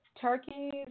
turkeys